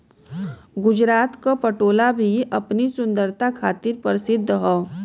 गुजरात क पटोला भी अपनी सुंदरता खातिर परसिद्ध हौ